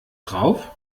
drauf